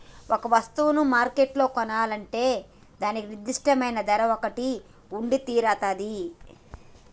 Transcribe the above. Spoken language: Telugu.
ఒక వస్తువును మార్కెట్లో కొనాలంటే దానికి నిర్దిష్టమైన ధర ఒకటి ఉండితీరతాది